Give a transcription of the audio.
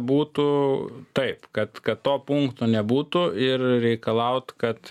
būtų taip kad kad to punkto nebūtų ir reikalaut kad